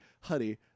honey